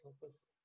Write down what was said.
focus